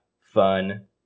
fun